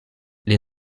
les